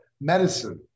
medicine